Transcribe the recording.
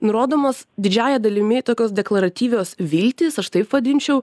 nurodomos didžiąja dalimi tokios deklaratyvios viltys aš taip vadinčiau